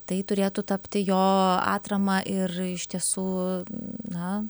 tai turėtų tapti jo atrama ir iš tiesų na